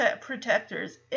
protectors